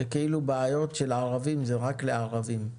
שכאילו בעיות של ערבים זה רק לערבים.